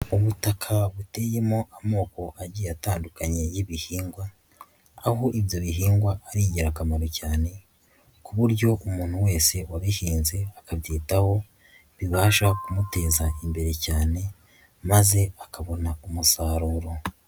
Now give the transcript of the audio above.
Ubutaka buteyemo amoko agiye atandukanye y'ibihingwa, aho ibyo bihingwa ari ingirakamaro cyane ku buryo umuntu wese wabihinze akabyitaho bibasha kumuteza imbere cyane maze akabona umusaruro.